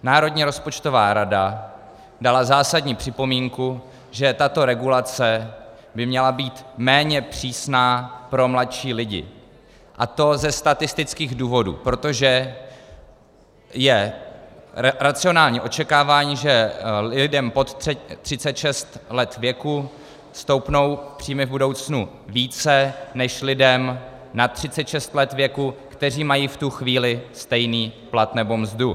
Národní rozpočtová rada dala zásadní připomínku, že tato regulace by měla být méně přísná pro mladší lidi, a to ze statistických důvodů, protože je racionální očekávání, že lidem pod 36 let věku stoupnou příjmy v budoucnu více než lidem nad 36 let věku, kteří mají v tu chvíli stejný plat nebo mzdu.